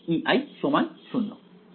তাই আমি যদি সেটা করি তাহলে আমি কি পাই